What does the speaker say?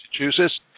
Massachusetts